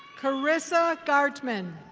karissa gartman.